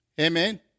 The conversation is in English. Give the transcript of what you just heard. Amen